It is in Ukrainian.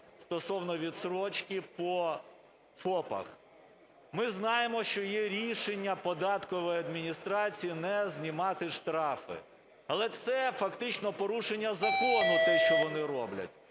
стосовно відстрочки по ФОПах. Ми знаємо, що є рішення податкової адміністрації не знімати штрафи, але це фактично порушення закону – те, що вони роблять.